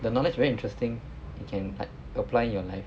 the knowledge very interesting you can like apply in your life